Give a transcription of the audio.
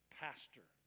pastor